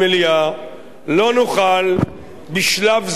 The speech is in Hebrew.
לא נוכל בשלב זה, פשוט אי-אפשר,